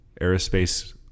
aerospace